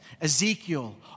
Ezekiel